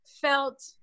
felt